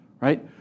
right